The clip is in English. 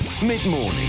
Mid-morning